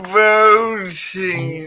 voting